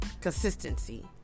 consistency